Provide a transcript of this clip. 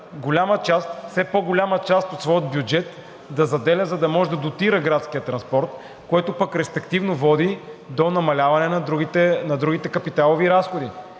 да заделя все по голяма част от своя бюджет, за да може да дотира градския транспорт, което пък респективно води до намаляване на другите капиталови разходи.